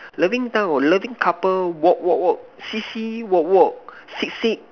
loving town or loving couple walk walk walk see see walk walk sit sit